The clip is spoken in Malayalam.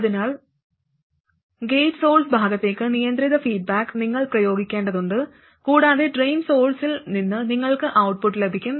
അതിനാൽ ഗേറ്റ് സോഴ്സ് ഭാഗത്തേക്ക് നിയന്ത്രിത ഫീഡ്ബാക്ക് നിങ്ങൾ പ്രയോഗിക്കേണ്ടതുണ്ട് കൂടാതെ ഡ്രെയിൻ സോഴ്സിൽ നിന്ന് നിങ്ങൾക്ക് ഔട്ട്പുട്ട് ലഭിക്കും